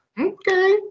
Okay